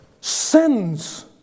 sins